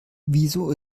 wieso